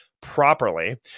properly